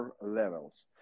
levels